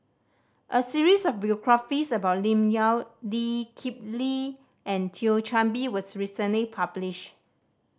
a series of biographies about Lim Yau Lee Kip Lee and Thio Chan Bee was recently published